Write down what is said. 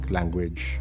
Language